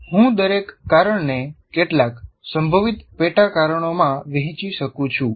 હું દરેક કારણને કેટલાક સંભવિત પેટા કારણોમાં વહેંચી શકું છું